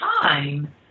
time